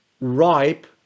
ripe